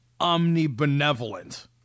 omnibenevolent